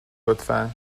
لطفا